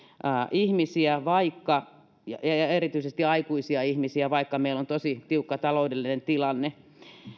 ihmisiä ja ja erityisesti aikuisia ihmisiä vaikka meillä on tosi tiukka taloudellinen tilanne